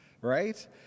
right